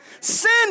Sin